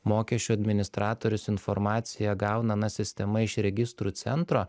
mokesčių administratorius informaciją gauna na sistema iš registrų centro